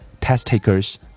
test-takers